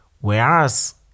Whereas